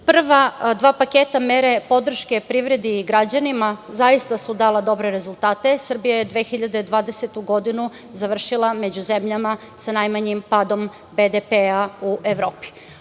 Prva dva paketa mere podrške privredi i građanima zaista su dala dobre rezultate. Srbija je 2020. godinu završila među zemljama sa najmanjim padom BDP u Evropi.